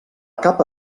capa